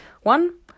One